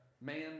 man